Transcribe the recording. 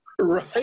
Right